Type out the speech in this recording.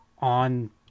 on